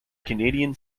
canadian